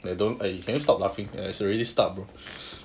eh don't eh can you stop laughing it's already start bro